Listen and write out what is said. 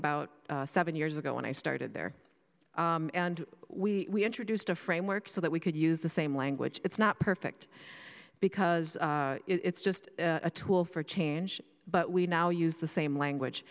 about seven years ago when i started there and we introduced a framework so that we could use the same language it's not perfect because it's just a tool for change but we now use the same language